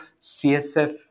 CSF